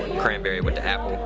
cranberry with the apple,